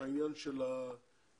כתוב עולים חדשים.